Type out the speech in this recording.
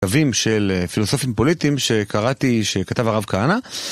כתבים של פילוסופים פוליטיים שקראתי, שכתב הרב כהנא.